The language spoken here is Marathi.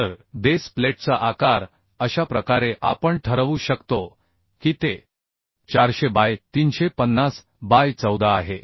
तर बेस प्लेटचा आकार अशा प्रकारे आपण ठरवू शकतो की ते 400 बाय 350 बाय 14 आहे